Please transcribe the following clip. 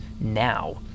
now